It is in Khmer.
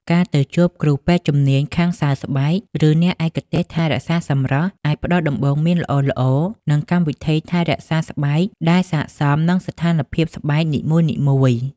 ការទៅជួបគ្រូពេទ្យជំនាញខាងសើស្បែក ឬអ្នកឯកទេសថែរក្សាសម្រស់ អាចផ្តល់ដំបូន្មានល្អៗ និងកម្មវិធីថែរក្សាស្បែកដែលសាកសមនឹងស្ថានភាពស្បែកនីមួយៗ ។